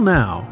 now